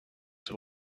have